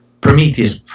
Prometheus